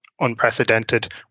unprecedented